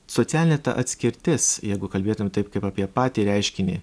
socialinė atskirtis jeigu kalbėtume taip kaip apie patį reiškinį